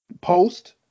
Post